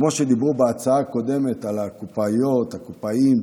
כמו שאמרו בהצעה הקודמת על הקופאיות, על הקופאים,